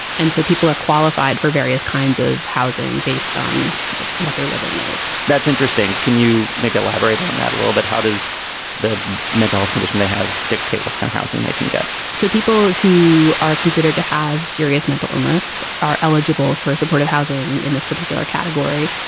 and so people are qualified for various kinds of housing based on what they're living with that's interesting. can you maybe elaborate on that a little? but how does the mental health condition they have dictate what kind of housing they can get? so people who are considered to have serious mental illness are eligible for supportive housing in this particular category.